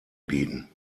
bieten